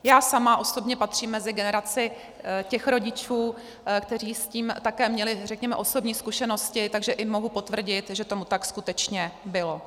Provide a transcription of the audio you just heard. Já sama osobně patřím mezi generaci těch rodičů, kteří s tím také měli osobní zkušenosti, takže mohu potvrdit, že tomu tak skutečně bylo.